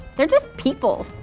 they're just people.